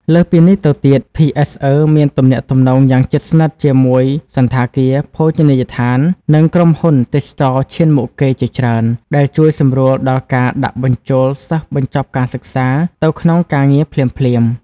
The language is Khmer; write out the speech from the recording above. លើសពីនេះទៅទៀត ភីអេសអឺមានទំនាក់ទំនងយ៉ាងជិតស្និទ្ធជាមួយសណ្ឋាគារ ភោជនីយដ្ឋាន និងក្រុមហ៊ុនទេសចរណ៍ឈានមុខគេជាច្រើន ដែលជួយសម្រួលដល់ការដាក់បញ្ចូលសិស្សបញ្ចប់ការសិក្សាទៅក្នុងការងារភ្លាមៗ។